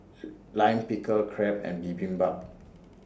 Lime Pickle Crepe and Bibimbap